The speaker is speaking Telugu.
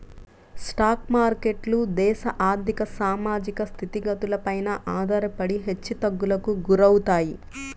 స్టాక్ మార్కెట్లు దేశ ఆర్ధిక, సామాజిక స్థితిగతులపైన ఆధారపడి హెచ్చుతగ్గులకు గురవుతాయి